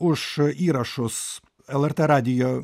už įrašus lrt radijo